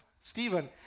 Stephen